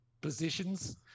positions